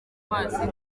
bazi